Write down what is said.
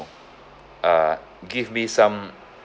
uh give me some